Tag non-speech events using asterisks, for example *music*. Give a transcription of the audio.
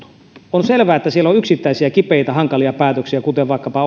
on selvää että siellä on yksittäisiä kipeitä hankalia päätöksiä kuten vaikkapa *unintelligible*